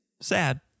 sad